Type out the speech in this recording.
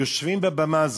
כשיושבים בבמה הזו,